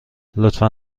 لطفا